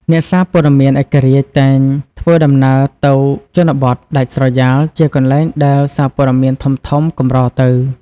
អ្នកសារព័ត៌មានឯករាជ្យតែងធ្វើដំណើរទៅជនបទដាច់ស្រយាលជាកន្លែងដែលសារព័ត៌មានធំៗកម្រទៅ។